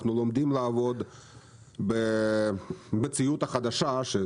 אנחנו לומדים לעבוד במציאות החדשה,